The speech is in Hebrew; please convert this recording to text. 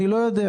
אני לא יודע.